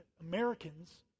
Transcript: Americans